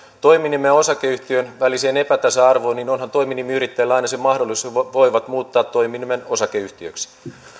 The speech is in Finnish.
toiminimen ja osakeyhtiön väliseen epätasa arvoon niin onhan toiminimiyrittäjillä aina se mahdollisuus että he voivat muuttaa toiminimen osakeyhtiöksi